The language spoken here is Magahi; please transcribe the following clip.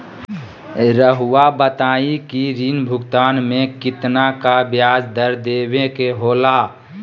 रहुआ बताइं कि ऋण भुगतान में कितना का ब्याज दर देवें के होला?